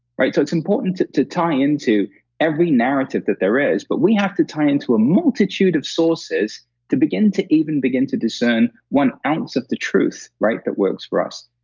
right? so, it's important to to tie into every narrative that there is, but we have to tie into a multitude of sources to begin to even begin to discern one ounce of the truth, right? that works for us.